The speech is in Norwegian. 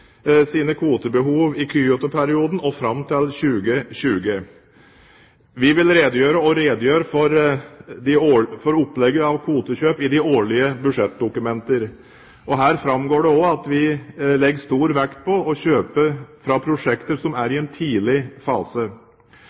sine kvotebehov i kyotoperioden og fram til 2020. Vi vil redegjøre – og redegjør – for opplegget av kvotekjøp i de årlige budsjettdokumenter. Her framgår det også at vi legger stor vekt på å kjøpe fra prosjekter som er i en tidlig fase.